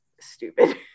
stupid